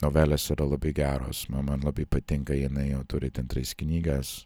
novelės yra labai geros ma man labai patinka jinai jau turi ten tris knygas